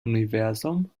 universum